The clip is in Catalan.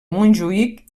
montjuïc